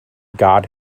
god